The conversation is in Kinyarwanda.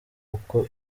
uko